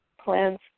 plans